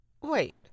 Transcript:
Wait